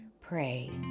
Pray